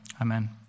Amen